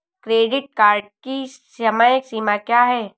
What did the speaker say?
Credit card की समय सीमा क्या है?